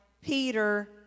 Peter